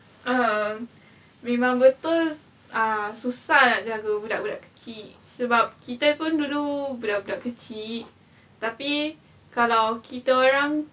um memang betul uh susah nak jaga budak-budak kecil sebab kita pun dulu budak-budak kecil tapi kalau kita orang